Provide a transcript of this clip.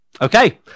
Okay